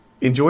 Enjoy